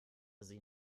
sie